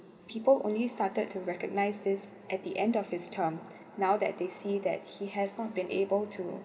people only started to recognise this at the end of his term now that they see that he has not been able to